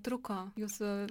truko jūsų